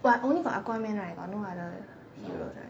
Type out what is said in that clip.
but only got aquaman right but no other heroes right